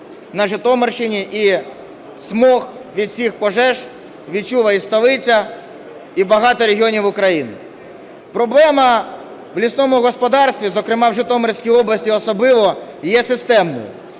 на Житомирщині, і смог від усіх пожеж відчула і столиця, і багато регіонів України. Проблема в лісному господарстві, зокрема, в Житомирській області особливо, є системною